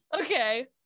Okay